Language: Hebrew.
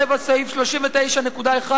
7, סעיף 39.1: